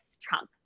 Trump